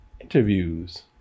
interviews